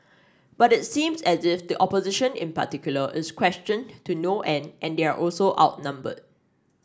but it seems as if the opposition in particular is questioned to no end and they're also outnumbered